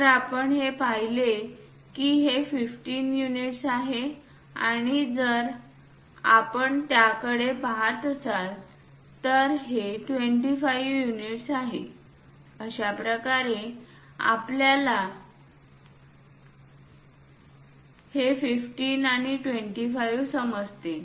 जर आपण हे पाहिले की हे 15युनिट्स आहे आणि जर आपण त्याकडे पहात असाल तर हे 25 युनिट्स आहे अशाप्रकारे आपल्याला हे 15 आणि 25 समजते